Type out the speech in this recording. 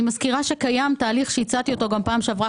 אני מזכירה שקיים תהליך שהצעתי אותו גם פעם שעברה.